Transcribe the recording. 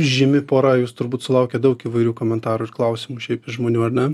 žymi pora jūs turbūt sulaukiat daug įvairių komentarų ir klausimų šiaip iš žmonių ar ne